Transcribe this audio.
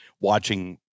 watching